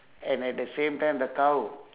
and at the same time the cow